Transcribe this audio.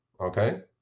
okay